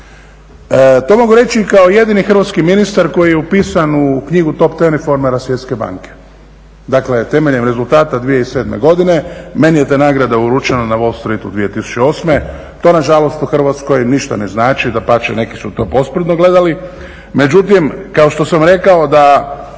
To mogu reći kao jedini hrvatski ministar koji je upisan u knjigu … Svjetske banke. Dakle, temeljem rezultata 2007. godine meni je ta nagrada uručena na Wall Streetu 2008., to nažalost u Hrvatskoj ništa ne znači, dapače, neki su to posprdno gledali. Međutim kao što sam rekao da